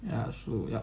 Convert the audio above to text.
ya so yup